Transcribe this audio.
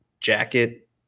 jacket